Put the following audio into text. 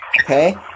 Okay